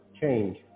change